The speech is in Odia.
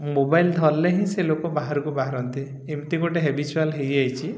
ମୋବାଇଲ ଧରିଲେ ହିଁ ସେ ଲୋକ ବାହାରକୁ ବାହାରନ୍ତି ଏମିତି ଗୋଟେ ହେବିଚୁଆଲ୍ ହେଇଯାଇଛି